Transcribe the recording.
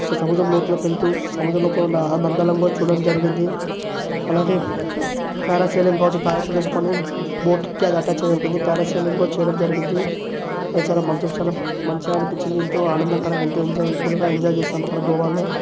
సముద్రం లోతులోకెల్తూ సముద్రం లోపలున్న అందాలను కూడా చూడడం జరిగింది అలాగే పారాసైలింగ్ కావచ్చు పారాషూట్ వేస్కుని బోట్కి అది అటాచ్ అయి ఉంటుంది పారాసైలింగ్ కూడా చేయడం జరిగింది అది చాలా మంచిగా చాలా మంచిగా అనిపిచ్చింది ఎంతో ఆనందకరంగా ఎంతో ఎంజాయ్బుల్గా ఎంజాయ్ చేసాం అక్కడ గోవాలో